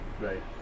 Right